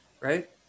right